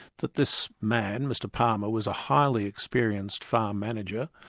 that this man, mr palmer, was a highly experienced farm manager,